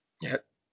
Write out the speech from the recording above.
ya